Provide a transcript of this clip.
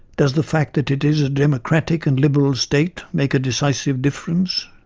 does the fact that it is a democratic and liberal state make a decisive difference?